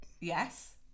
Yes